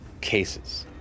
cases